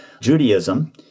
Judaism